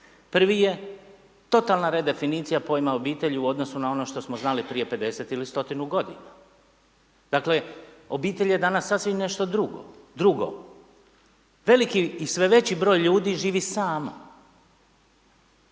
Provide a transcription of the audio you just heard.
Prvi je totalna redefinicija pojma obitelji u odnosu na ono što smo znali prije 50 ili stotinu godina. Dakle obitelj je danas sasvim nešto drugo, veliki i sve veći broj ljudi živi sama.